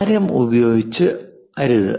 ആരം ഉപയോഗിച്ച് ആകരുത്